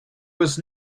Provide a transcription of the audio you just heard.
was